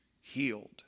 healed